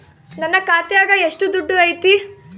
ನನ್ನ ಖಾತ್ಯಾಗ ಎಷ್ಟು ದುಡ್ಡು ಐತಿ?